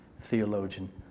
theologian